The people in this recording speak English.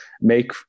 make